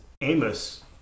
Amos